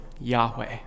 Yahweh